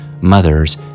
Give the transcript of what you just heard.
mothers